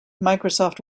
microsoft